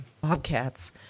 bobcats